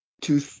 two